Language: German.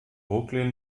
brooklyn